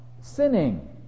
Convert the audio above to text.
sinning